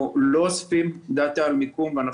אנחנו גם לא אוספים דאטה על מיקום וגם